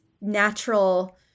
natural